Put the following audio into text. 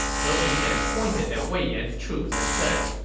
he ping then pointed at wei yan's troops and said,